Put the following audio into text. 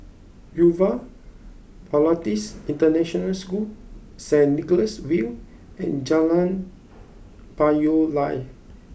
Yuva Bharatis International School Saint Nicholas View and Jalan Payoh Lai